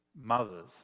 mothers